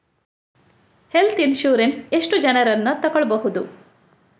Health insurance ಎಷ್ಟು ಜನರನ್ನು ತಗೊಳ್ಬಹುದು?